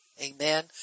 Amen